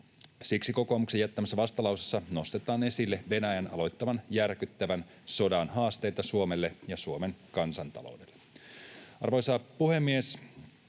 Siksi kokoomuksen jättämässä vastalauseessa nostetaan esille Venäjän aloittaman järkyttävän sodan haasteita Suomelle ja Suomen kansantaloudelle. Arvoisa puhemies!